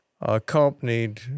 accompanied